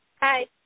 Hi